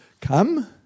come